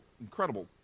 incredible